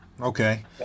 Okay